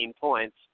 points